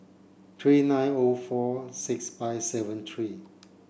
three nine O four six five seven three